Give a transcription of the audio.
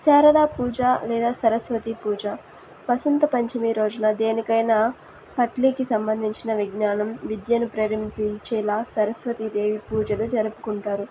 శారదా పూజ లేదా సరస్వతి పూజ వసంత పంచమి రోజున దేనికైనా పట్లికి సంబంధించిన విజ్ఞానం విద్యను ప్రేరంపించేలా సరస్వతి దేవి పూజలు జరుపుకుంటారు